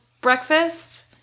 breakfast